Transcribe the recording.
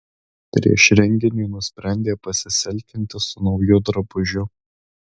prieš renginį nusprendė pasiselfinti su nauju drabužiu